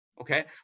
okay